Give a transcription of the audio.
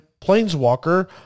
planeswalker